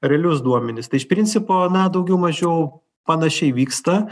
realius duomenis tai iš principo na daugiau mažiau panašiai vyksta